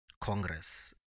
Congress